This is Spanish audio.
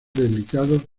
dedicados